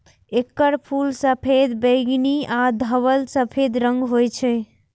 एकर फूल सफेद, बैंगनी आ धवल सफेद रंगक होइ छै